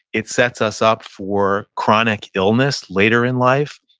it sets us up for chronic illness later in life.